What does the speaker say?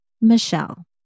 Michelle